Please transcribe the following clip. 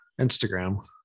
Instagram